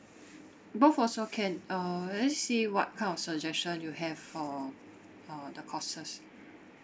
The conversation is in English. both also can uh I just see what kind of suggestion you have for uh the courses